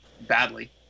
badly